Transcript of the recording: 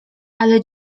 ale